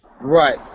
Right